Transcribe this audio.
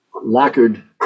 lacquered